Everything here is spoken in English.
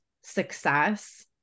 success